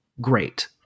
great